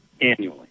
Annually